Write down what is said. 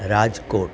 Rajkot